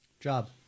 job